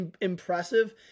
impressive